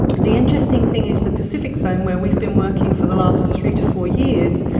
the interesting thing is the pacific zone where we've been working for the last three to four years,